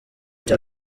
cya